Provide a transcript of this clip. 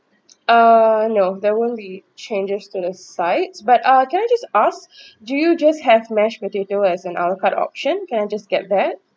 uh no there won't be changes to the sides but uh can I just ask do you just have mash potato as an a la carte option can I just get that